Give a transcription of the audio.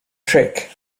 trick